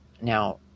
Now